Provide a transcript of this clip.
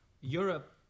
Europe